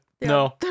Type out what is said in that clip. No